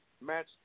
match